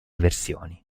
versioni